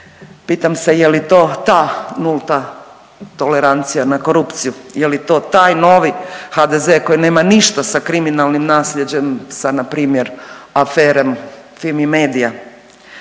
Pitam se je li to ta nulta tolerancija na korupciju, je li to taj novi HDZ koji nema ništa sa kriminalnim nasljeđem sa npr. aferom Fimi media?